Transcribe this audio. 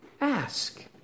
ask